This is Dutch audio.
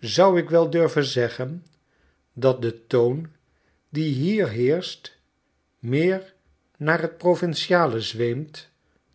zou ik wel durven zeggen dat de toon die hier heerscht meer naar t provinciale zweemt